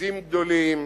וכיסים גדולים,